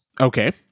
Okay